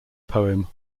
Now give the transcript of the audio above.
poem